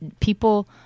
people